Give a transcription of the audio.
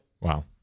Wow